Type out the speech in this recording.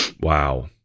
Wow